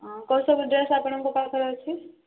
ହଁ କ'ଣ ସବୁ ଡ୍ରେସ୍ ଆପଣଙ୍କ ପାଖରେ ଅଛି